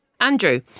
Andrew